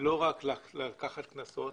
לא רק לקחת קנסות,